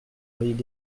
voyaient